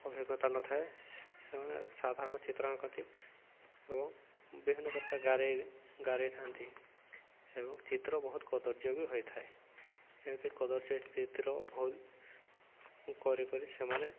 ଅଭିଜ୍ଞତା ନଥାଏ ସେମାନେ ସାଧାରଣ ଚିତ୍ର ଆଙ୍କନ୍ତି ଏବଂ ବିଭିନ୍ନ ପ୍ରକାର ଗାରେଇ ଗାରେଇଥାନ୍ତି ଏବଂ ଚିତ୍ର ବହୁତ କଦର୍ଯ୍ୟ ବି ହୋଇଥାଏ ଏମିତି କଦର୍ଯ୍ୟ ଚିତ୍ର ଭୁଲ କରି କରି ସେମାନେ